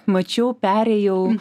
mačiau perėjau